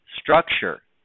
structure